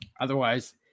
Otherwise